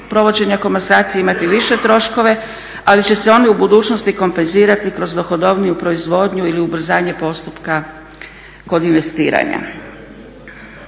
provođenja komasacije imati više troškove, ali će se oni u budućnosti kompenzirati kroz dohodovniju proizvodnju ili ubrzanje postupka kod investiranja.